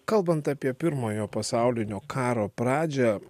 kalbant apie pirmojo pasaulinio karo pradžią